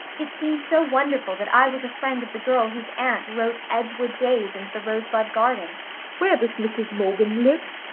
it seemed so wonderful that i was a friend of the girl whose aunt wrote edgewood days and the rosebud garden where does mrs. morgan live?